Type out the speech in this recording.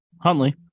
Huntley